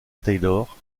taylor